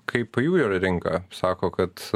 kaip pajūrio rinka sako kad